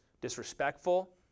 disrespectful